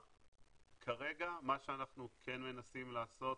כרגע מה שאנחנו כן מנסים לעשות,